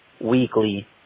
weekly